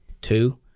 two